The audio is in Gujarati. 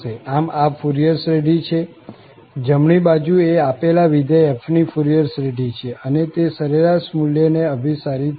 આમ આ ફુરિયર શ્રેઢી છે જમણી બાજુ એ આપેલા વિધેય f ની ફુરિયર શ્રેઢી છે અને તે સરેરાશ મુલ્યને અભિસારી થશે